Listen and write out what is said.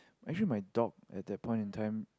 actually my dog at that point in time